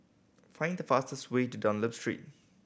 find the fastest way to Dunlop Street